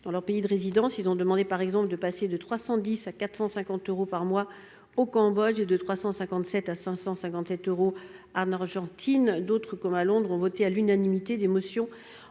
dans les pays de résidence. Ils ont demandé, par exemple, de passer de 310 à 450 euros par mois au Cambodge et de 357 à 557 euros en Argentine. D'autres, à Londres par exemple, ont voté à l'unanimité des motions